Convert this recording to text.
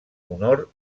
honor